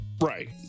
Right